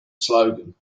slogan